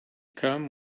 come